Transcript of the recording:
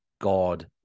God